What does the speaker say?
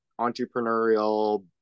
entrepreneurial